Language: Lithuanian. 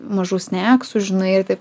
mažų sneksų žinai ir taip